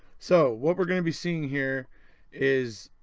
so what we're going to be seeing here is,